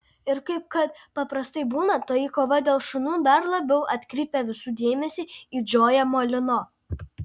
ir kaip kad paprastai būna toji kova dėl šunų dar labiau atkreipė visų dėmesį į džoją molino